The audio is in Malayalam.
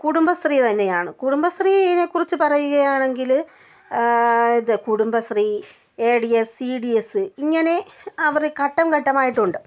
കുടുംബശ്രീ തന്നെയാണ് കുടുംബശ്രീനെ കുറിച്ച് പറയുകയാണെങ്കിൽ ഇത് Kudumbashree A D S C D S ഇങ്ങനെ അവർ ഘട്ടം ഘട്ടമായിട്ടുണ്ട്